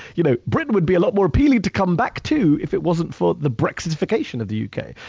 you know britain would be a lot more appealing to come back to if it wasn't for the brexit vacation of the u. k,